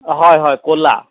হয় হয় ক'লা